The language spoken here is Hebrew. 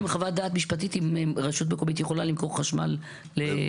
חייבים חוות דעת משפטית אם רשות מקומיות יכולה למכור חשמל לאזרחיה,